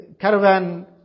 caravan